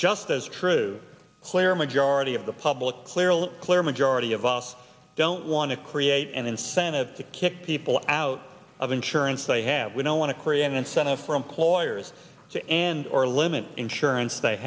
just as true where majority of the public clearly a clear majority of us don't want to create an incentive to kick people out of insurance they have we don't want to create an incentive for employers to and or limit insurance they